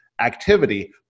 activity